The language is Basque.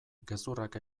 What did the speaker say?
gezurrak